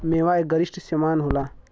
मेवा एक गरिश्ट समान होला